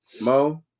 Mo